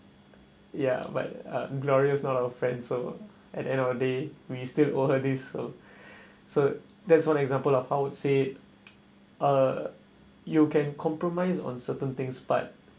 ya but uh glorious not our friend so at end of the day we still owe her this so so that's one example of how would I say uh you can compromise on certain things but